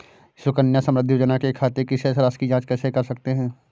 सुकन्या समृद्धि योजना के खाते की शेष राशि की जाँच कैसे कर सकते हैं?